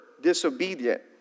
disobedient